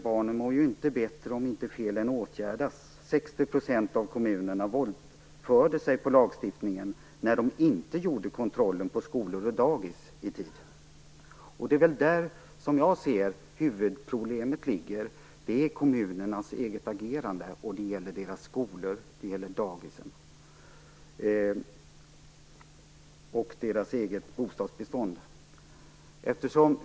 Barnen mår ju inte bättre om felen inte åtgärdas. 60 % av kommunerna våldförde sig på lagstiftningen när de inte utförde kontroll på skolor och dagis i tid. Som jag ser det är huvudproblemet kommunernas eget agerande när det gäller skolor, daghem och det egna bostadsbeståndet.